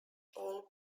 all